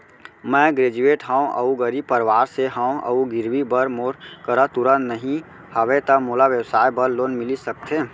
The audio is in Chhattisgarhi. मैं ग्रेजुएट हव अऊ गरीब परवार से हव अऊ गिरवी बर मोर करा तुरंत नहीं हवय त मोला व्यवसाय बर लोन मिलिस सकथे?